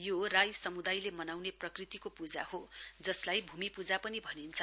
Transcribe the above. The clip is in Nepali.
यो राई समुदायले मनाउने प्रकृतिको पूजा हो जसलाई भूमि पूजा पनि भनिन्छ